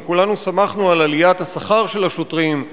אנחנו כולנו שמחנו על עליית השכר של השוטרים.